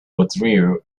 withdrew